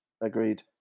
agreed